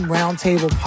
Roundtable